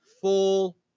full